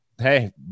hey